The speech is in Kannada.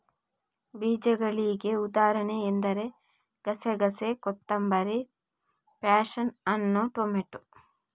ಬೀಜಗಳಿಗೆ ಉದಾಹರಣೆ ಎಂದರೆ ಗಸೆಗಸೆ, ಕೊತ್ತಂಬರಿ, ಪ್ಯಾಶನ್ ಹಣ್ಣು, ಟೊಮೇಟೊ